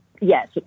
yes